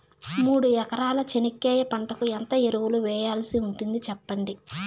మూడు ఎకరాల చెనక్కాయ పంటకు ఎంత ఎరువులు వేయాల్సి ఉంటుంది సెప్పండి?